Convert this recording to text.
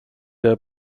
der